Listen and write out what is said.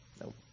Nope